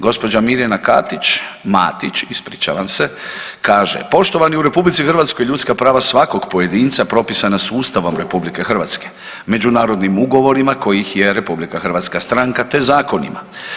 Gđa. Mirjana Katić, Matić, ispričavam se, kaže, poštovani, u RH ljudska prava svakog pojedinca propisana su Ustavom RH, međunarodnim ugovorima kojih je RH stranka te zakonima.